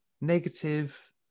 Negative